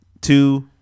Two